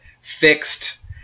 fixed